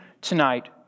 tonight